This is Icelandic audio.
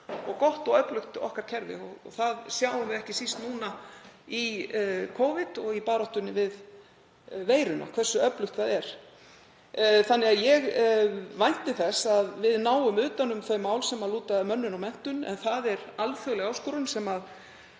og gott og öflugt, okkar kerfi. Við sjáum það ekki síst núna í Covid og í baráttunni við veiruna hversu öflugt það er. Ég vænti þess að við náum utan um þau mál sem lúta að mönnun og menntun. En það er alþjóðleg áskorun sem